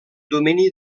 domini